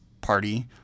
party